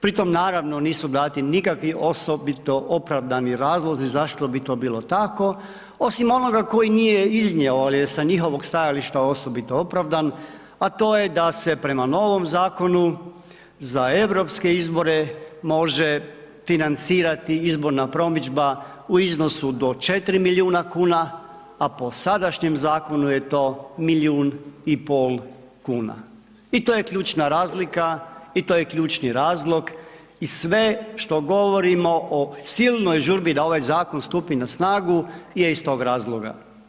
Pri tom, naravno, nisu dati nikakvi osobito opravdani razlozi zašto bi to bilo tako, osim onoga koji nije iznio, al je sa njihovog stajališta osobito opravdan, a to je da se prema novom zakonu za europske izbore može financirati izborna promidžba u iznosu do 4 milijuna kuna, a po sadašnjem zakonu je to milijun i pol kuna i to je ključna razlika i to je ključni razlog i sve što govorimo o silnoj žurbi da ovaj zakon stupi na snagu je iz tog razloga.